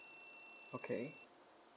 okay